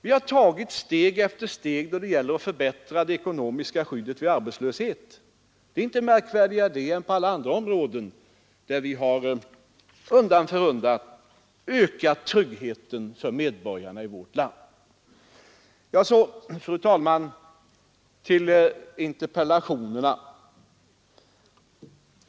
Vi har tagit steg efter steg för att förbättra det ekonomiska skyddet vid arbetslöshet. Det är inte märkvärdigare än vad som hänt på alla andra områden, där vi undan för undan har ökat tryggheten för medborgarna i vårt land. Så, fru talman, till interpellationerna.